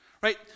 right